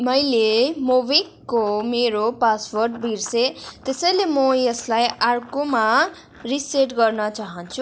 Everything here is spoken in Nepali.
मैले मोबिक्विकको मेरो पासवर्ड बिर्सेँ त्यसैले म यसलाई अर्कोमा रिसेट गर्न चाहन्छु